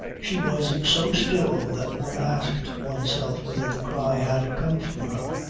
she was so still that one asked oneself whether the cry had come from her.